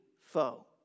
foe